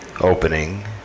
opening